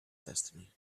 destiny